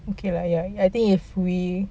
okay lah ya I think if we